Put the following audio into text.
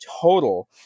total